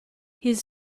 his